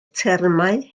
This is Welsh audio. termau